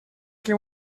que